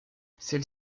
celle